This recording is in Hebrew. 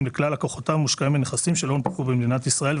לכלל לקוחותיו מושקעים בנכסים שלא הונפקו במדינת ישראל,